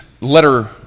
letter